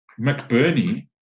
McBurney